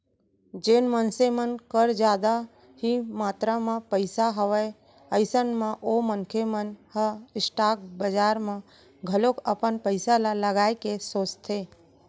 जेन मनसे मन कर जादा ही मातरा म पइसा हवय अइसन म ओ मनखे मन ह स्टॉक बजार म घलोक अपन पइसा ल लगाए के सोचथे